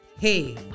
hey